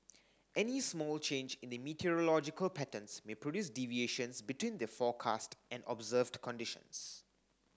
any small change in the meteorological patterns may produce deviations between the forecast and observed conditions